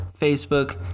Facebook